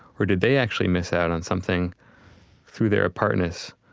or did they actually miss out on something through their apartness?